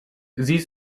sie